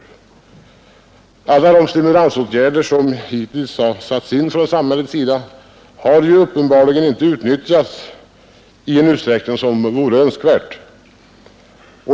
Alla de stimulansåtgärder som samhället hittills satt in har uppenbarligen inte utnyttjats i den utsträckning som vore önskvärd.